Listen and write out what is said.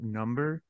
number